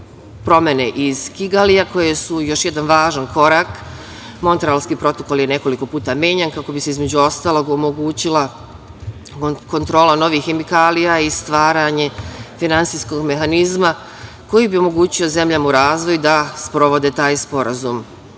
promene iz Kigalija koje su još jedan važan korak. Montrealski protokol je nekoliko puta menjan, kako bi se, između ostalog, omogućila kontrola novih hemikalija i stvaranje finansijskog mehanizma koji bi omogućio zemljama u razvoju da sprovode taj sporazum.